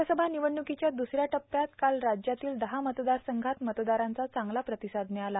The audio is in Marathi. लोकसभा निवडणुकांच्या दुसऱ्या टप्प्यात काल राज्यातील दहा मतदारसंघात मतदारांचा चांगला प्रांतसाद ांमळाला